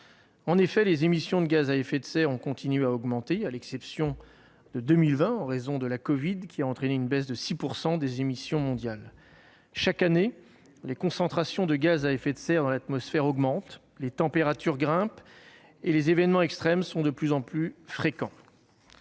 du mur. Les émissions de gaz à effet de serre ont continué d'augmenter, à l'exception de l'année 2020, durant laquelle la covid-19 a entraîné une baisse de 6 % des émissions mondiales. Chaque année, les concentrations de gaz à effet de serre dans l'atmosphère augmentent, les températures grimpent et les événements extrêmes sont de plus en plus fréquents.